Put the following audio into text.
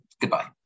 Goodbye